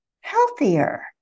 healthier